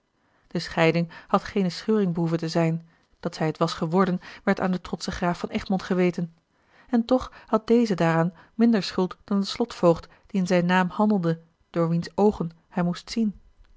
de scheiding had geene scheuring behoeven te zijn dat zij het was geworden werd aan den trotschen graaf van egmond geweten en toch had deze daaraan minder schuld dan de slotvoogd die in zijn naam handelde door wiens oogen hij moest zien